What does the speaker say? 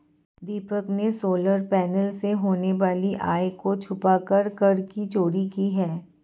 दीपक ने solar panel से होने वाली आय को छुपाकर कर की चोरी की है